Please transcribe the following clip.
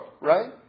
Right